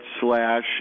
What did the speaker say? Slash